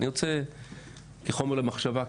אני רוצה כחומר למחשבה,